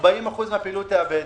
40% מהפעילות תאבד.